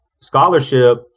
scholarship